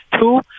Two